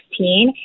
2016